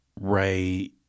Ray